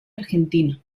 argentina